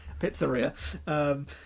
Pizzeria